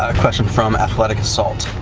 ah question from athletic assault.